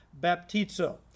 baptizo